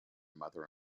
mother